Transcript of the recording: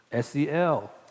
SEL